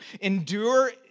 endure